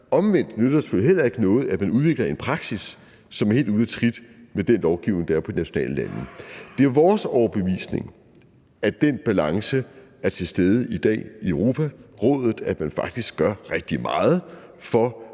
Omvendt nytter det selvfølgelig heller ikke noget, at man udvikler en praksis, som er helt ude af trit med den lovgivning, der er i de enkelte lande. Det er vores overbevisning, at den balance er til stede i dag i Europarådet, at man rent faktisk gør rigtig meget for